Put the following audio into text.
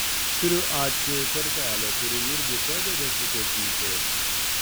turiu ačiū kortelę kuri irgi padeda sutaupyti